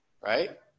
right